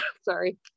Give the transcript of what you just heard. sorry